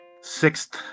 sixth